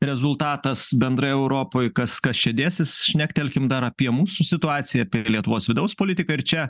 rezultatas bendrai europoj kas kas čia dėsis šnektelkim dar apie mūsų situaciją apie lietuvos vidaus politiką ir čia